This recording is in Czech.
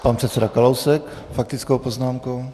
Pan předseda Kalousek s faktickou poznámkou.